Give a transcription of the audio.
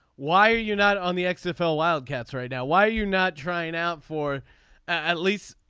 why are you not on the sfl wildcats right now why are you not trying out for at least.